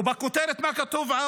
ובכותרת, מה עוד כתוב?